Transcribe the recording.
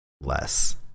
less